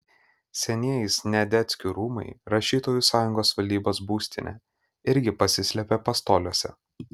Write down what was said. senieji sniadeckių rūmai rašytojų sąjungos valdybos būstinė irgi pasislėpė pastoliuose